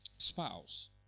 spouse